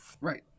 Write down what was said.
Right